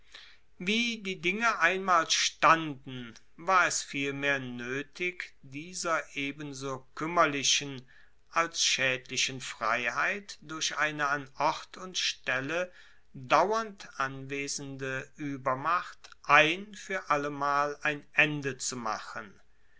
wie die dinge einmal standen war es vielmehr noetig dieser ebenso kuemmerlichen als schaedlichen freiheit durch eine an ort und stelle dauernd anwesende uebermacht ein fuer allemal ein ende zu machen